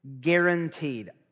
guaranteed